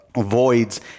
voids